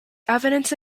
evidence